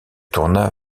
tourna